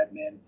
admin